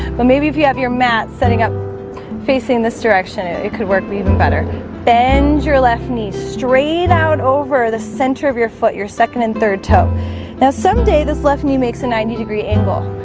but maybe if you have your mat setting up facing this direction it it could work me even better bend your left knee straight out over the center of your foot your second and third toe now someday this left knee makes a ninety degree angle,